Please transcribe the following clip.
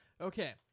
Okay